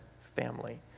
family